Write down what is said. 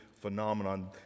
phenomenon